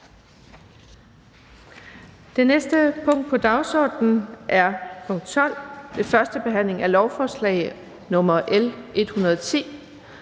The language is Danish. Det næste punkt på dagsordenen er: 12) 1. behandling af lovforslag nr. L 110: